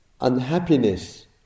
unhappiness